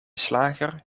slager